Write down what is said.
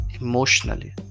emotionally